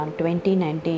2019